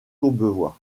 courbevoie